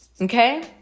Okay